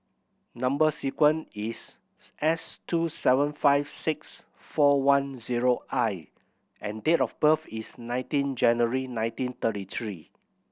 number sequence is S two seven five six four one zero I and date of birth is nineteen January nineteen thirty three